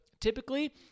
typically